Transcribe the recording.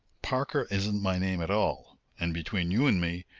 parker isn't my name at all and, between you and me,